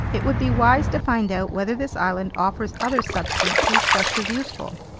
it would be wise to find out whether this island offers other substances just as useful.